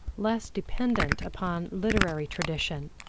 less dependent upon literary tradition,